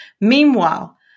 Meanwhile